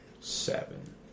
Seven